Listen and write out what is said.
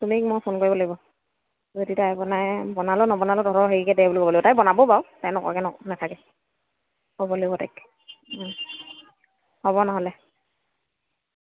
চুমিক মই ফোন কৰিব লাগিব যদি তাই বনাই বনালেও নবনালেও তহঁতৰ হেৰিকে দে বুলি ক'ব লাগিব তাই বনাব বাৰু তাই নকৰাকৈ নাথাকে ক'ব লাগিব তাইক হ'ব নহ'লে